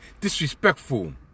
disrespectful